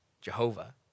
Jehovah